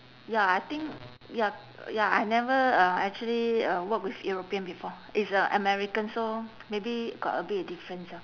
ya I think ya ya I never uh actually uh work with european before it's a american so maybe got a bit of difference ah